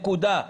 נקודה.